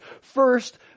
first